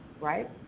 right